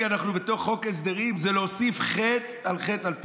אנחנו בתוך חוק הסדרים זה להוסיף חטא על חטא על פשע.